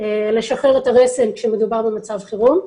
לשחרר את הרסן כשמדובר במצב חירום,